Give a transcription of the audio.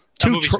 two